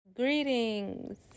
Greetings